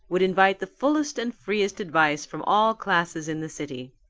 would invite the fullest and freest advice from all classes in the city.